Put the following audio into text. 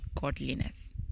godliness